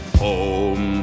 home